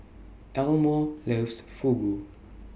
Elmore loves Fugu